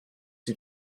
sie